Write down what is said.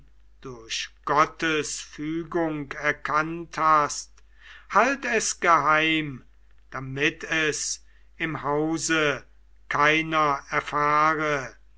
durch gottes fügung erkannt hast halt es geheim damit es im hause keiner erfahre